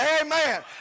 amen